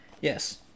yes